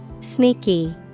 Sneaky